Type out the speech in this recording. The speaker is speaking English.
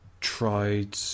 tried